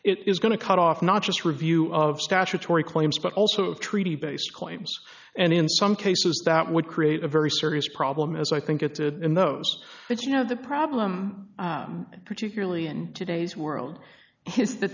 it is going to cut off not just review of statutory claims but also treaty based claims and in some cases that would create a very serious problem as i think it did in those but you know the problem particularly in today's world ha